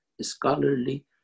scholarly